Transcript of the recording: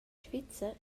svizzer